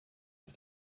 mit